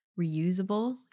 reusable